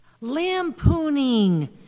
lampooning